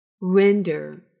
render